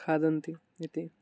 खादन्ति इति